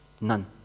None